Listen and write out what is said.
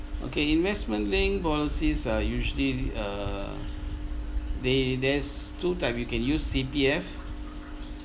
okay investment linked policies are usually err they there's two type you can use C_P_F